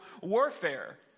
warfare